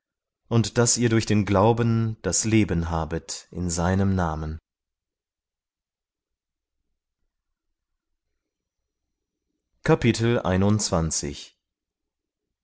und daß ihr durch den glauben das leben habet in seinem namen